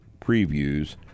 previews